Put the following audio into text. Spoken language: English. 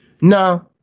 No